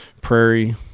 prairie